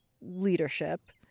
leadership